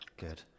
Good